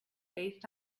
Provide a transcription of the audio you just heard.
based